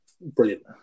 brilliant